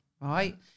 right